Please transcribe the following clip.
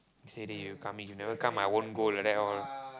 he say that you coming you never come I won't go like that all